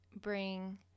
bring